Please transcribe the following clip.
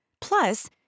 plus